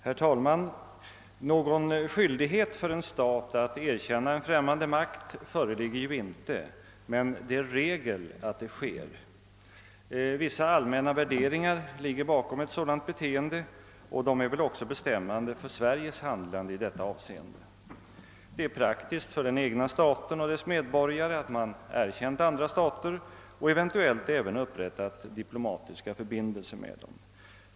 Herr talman! Någon skyldighet för en stat att erkänna en främmande makt föreligger inte, men det är regel att den gör det. Vissa allmänna värderingar ligger bakom ett sådant beteende och det är väl också bestämmande för Sveriges handlande i detta avseende. Det är praktiskt för den egna staten och dess medborgare att man erkänt andra stater och eventuellt även upprättat diplomatiska förbindelser med dem.